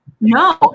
no